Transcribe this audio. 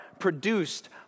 produced